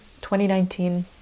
2019